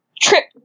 trip